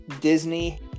Disney